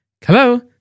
hello